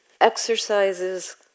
exercises